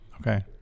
Okay